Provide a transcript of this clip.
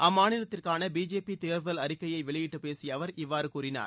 அம்மாநிலத்திற்கான BJP தேர்தல் அறிக்கையை வெளியிட்டு பேசிய அவர் இவ்வாறு கூறினார்